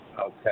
Okay